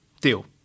Deal